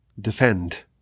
defend